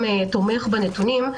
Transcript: תומך בנתונים.